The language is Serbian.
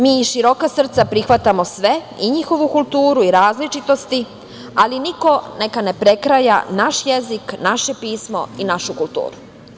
Mi široka srca prihvatamo sve i njihovu kulturu i različitosti, ali niko ne prekraja naš jezik, naše pismo i našu kulturu.